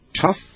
tough